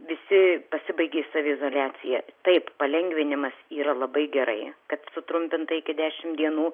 visi pasibaigė saviizoliacija taip palengvinimas yra labai gerai kad sutrumpinta iki dešimt dienų